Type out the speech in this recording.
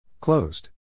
closed